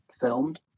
filmed